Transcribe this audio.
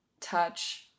touch